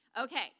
Okay